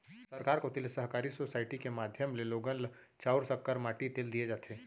सरकार कोती ले सहकारी सोसाइटी के माध्यम ले लोगन ल चाँउर, सक्कर, माटी तेल दिये जाथे